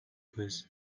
quiz